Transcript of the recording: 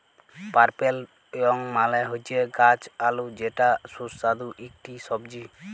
purple yam মালে হচ্যে গাছ আলু যেটা সুস্বাদু ইকটি সবজি